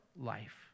life